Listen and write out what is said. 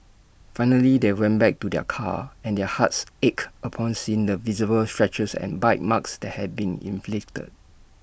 finally they went back to their car and their hearts ached upon seeing the visible scratches and bite marks that had been inflicted